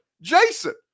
Jason